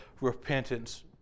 repentance